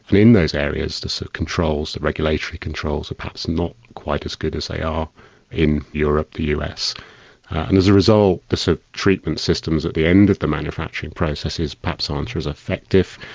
in in those areas the so controls, the regulation controls are perhaps not quite as good as they are in europe the us and as a result the so treatment systems at the end of the manufacturing processes perhaps aren't as effective.